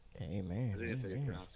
Amen